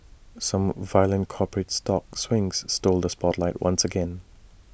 some violent corporate stock swings stole the spotlight once again